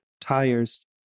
tires